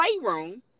playroom